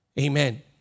Amen